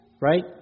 Right